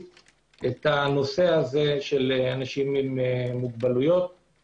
את הנושא הזה של אנשים עם מוגבלויות.